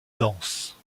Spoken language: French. danse